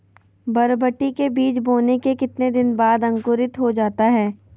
बरबटी के बीज बोने के कितने दिन बाद अंकुरित हो जाता है?